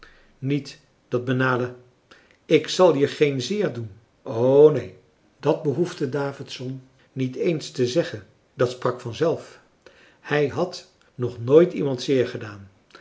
niet dat banale ik zal je geen zeer doen o neen dàt behoefde davidson niet eens te zeggen dat sprak vanzelf hij had nog nooit iemand zeer gedaan